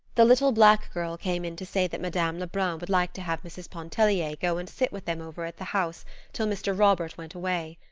the little black girl came in to say that madame lebrun would like to have mrs. pontellier go and sit with them over at the house till mr. robert went away.